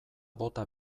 bota